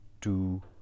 two